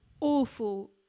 awful